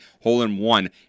hole-in-one